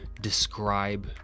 describe